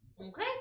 Okay